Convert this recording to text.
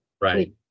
right